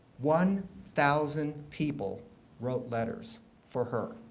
one thousand people wrote letters for her.